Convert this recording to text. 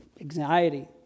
anxiety